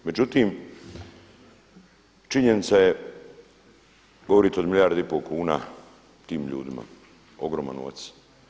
Međutim, činjenica je, govorite o milijardu i pol kuna tim ljudima, ogroman novac.